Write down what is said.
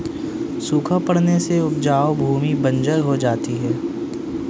सूखा पड़ने से उपजाऊ भूमि बंजर हो जाती है